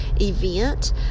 event